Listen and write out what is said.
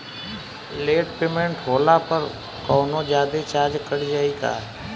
Late payment होला पर कौनोजादे चार्ज कट जायी का?